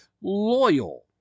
loyal